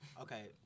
Okay